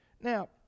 Now